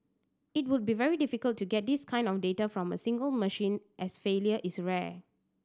it would be very difficult to get this kind of data from a single machine as failure is rare